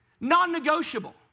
Non-negotiable